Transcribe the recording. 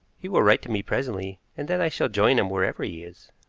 he will write to me presently, and then i shall join him wherever he is.